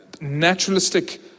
naturalistic